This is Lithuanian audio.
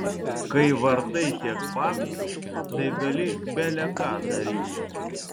kai vartai tiek babkių tai gali bele ką daryti